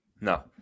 No